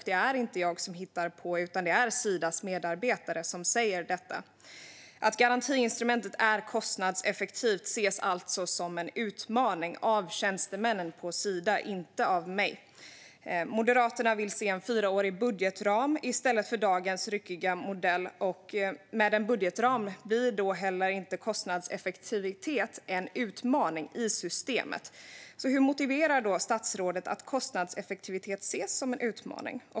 Det är inte jag som hittar på, utan det är Sidas medarbetare som säger detta. Att garantiinstrumentet är kostnadseffektivt ses alltså som en utmaning av tjänstemännen på Sida och inte av mig. Moderaterna vill se en fyraårig budgetram i stället för dagens ryckiga modell. Med en budgetram blir heller inte kostnadseffektivitet en utmaning i systemet. Hur motiverar statsrådet att kostnadseffektivitet ses som en utmaning?